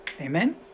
Amen